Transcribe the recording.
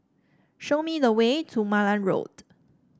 show me the way to Malan Road